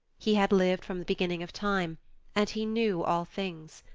he had lived from the beginning of time and he knew all things.